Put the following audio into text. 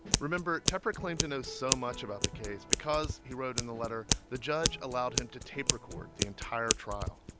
remember, tepper claimed to know so much about the case because, he wrote in the letter, the judge allowed him to tape record the entire trial.